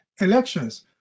Elections